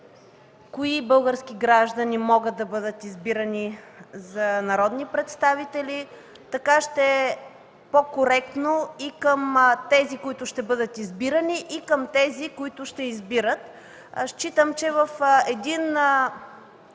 кои български граждани могат да бъдат избирани за народни представители. Така ще е по-коректно и към тези, които ще бъдат избирани, и към тези, които ще избират. Смятам, че в един